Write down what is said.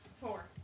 Four